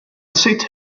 sit